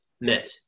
met